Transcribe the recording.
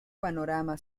panorama